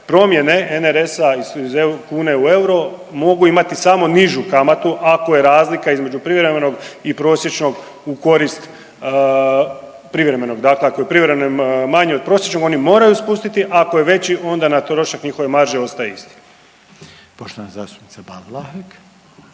promjene NRS-a iz kune u euro mogu imati samo nižu kamatu ako je razlika između privremenog i prosječnog u korist privremenog, dakle ako je privremeni manji od prosječnog oni moraju spustiti, ako je veći onda na trošak njihove marže ostaje isti.